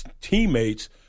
teammates